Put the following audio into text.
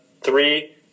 Three